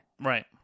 Right